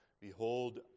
Behold